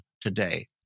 today